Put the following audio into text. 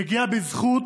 הגיעה בזכות